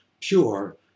pure